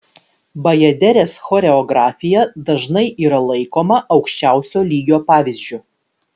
bajaderės choreografija dažnai yra laikoma aukščiausio lygio pavyzdžiu